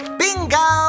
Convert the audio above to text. bingo